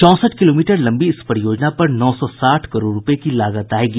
चौंसठ किलोमीटर लम्बी इस परियोजना पर नौ सौ साठ करोड़ रूपये की लागत आयेगी